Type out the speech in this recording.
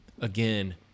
again